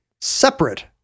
separate